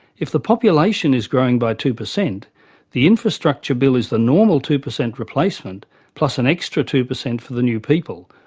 if the population is growing by two percent the infrastructure bill is the normal two percent replacement plus an extra two percent for the new people,